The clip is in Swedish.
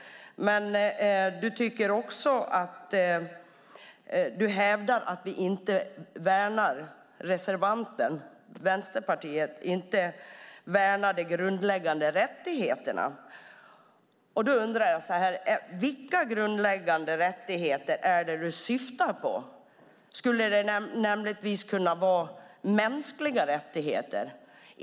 Du hävdar att Vänsterpartiet inte värnar de grundläggande rättigheterna, och då undrar jag vilka grundläggande rättigheter du syftar på. Skulle det möjligtvis kunna vara mänskliga rättigheter?